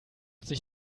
sich